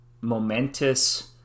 momentous